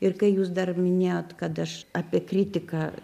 ir kai jūs dar minėjot kad aš apie kritiką